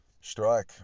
Strike